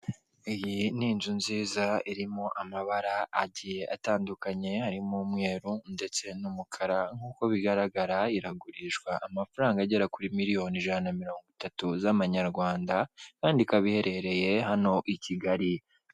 Iyi ni inzu nziza irimo amabara agiye atandukanye, arimo umweru ndetse n'umukara, nk'uko bigaragara iragurishwa amafaranga agera kuri miliyoni ijana na mirongo itatu z'amanyarwanda kandi ikaba iherereye hano i kigali.